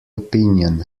opinion